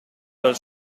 dal